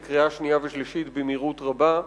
לקריאה שנייה ושלישית במהירות רבה.